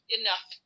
enough